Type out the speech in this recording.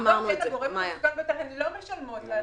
האסדות לא משלמות לקרן.